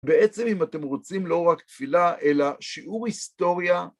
בעצם אם אתם רוצים לא רק תפילה אלא שיעור היסטוריה..